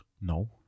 No